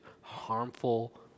harmful